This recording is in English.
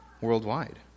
worldwide